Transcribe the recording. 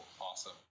awesome